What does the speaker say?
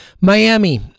Miami